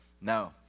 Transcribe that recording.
No